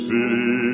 City